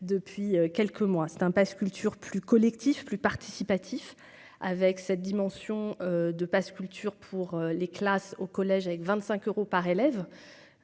depuis quelques mois, c'est un Pass culture plus collectif, plus participatif avec cette dimension de Pass culture pour les classes au collège avec vingt-cinq euros par élève